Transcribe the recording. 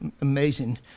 amazing